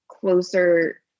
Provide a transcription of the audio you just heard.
closer